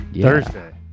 Thursday